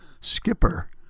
skipper